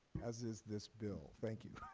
as is this bill. thank you.